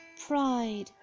pride